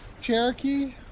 cherokee